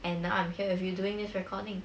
and now I'm here with you doing this recording